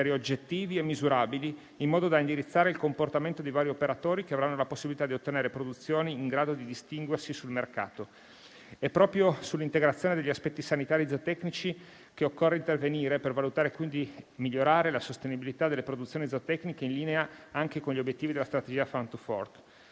oggettivi e misurabili, in modo da indirizzare il comportamento dei vari operatori che avranno la possibilità di ottenere produzioni in grado di distinguersi sul mercato. È proprio sull'integrazione degli aspetti sanitari e zootecnici che occorre intervenire per valutare, quindi migliorare la sostenibilità delle produzioni zootecniche in linea anche con gli obiettivi della strategia *farm to fork*.